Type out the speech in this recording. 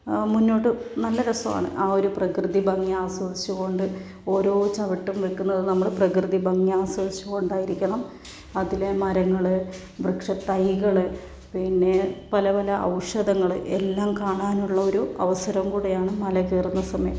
മുന്നോട്ട് നല്ല രസമാണ് ആ ഒരു പ്രകൃതി ഭംഗി ആസ്വദിച്ചുകൊണ്ട് ഓരോ ചവിട്ടും വയ്ക്കുന്നത് നമ്മൾ പ്രകൃതിഭംഗി ആസ്വദിച്ചുകൊണ്ടായിരിക്കണം അതിലെ മരങ്ങൾ വൃക്ഷത്തൈകൾ പിന്നെ പല പല ഔഷധങ്ങൾ എല്ലാം കാണാനുള്ള ഒരു അവസരം കൂടിയാണ് മലകയറുന്ന സമയം